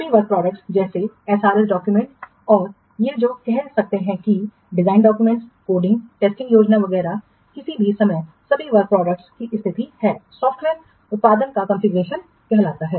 सभी work products जैसे SRS documents और ये जो कह सकते हैं कि डिज़ाइन डाक्यूमेंट्स कोडिंग टेस्टिंग योजना वगैरह किसी भी समय सभी वर्क प्रोडक्टस की स्थिति है सॉफ्टवेयर उत्पाद का कॉन्फ़िगरेशन कहलाता है